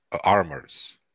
armors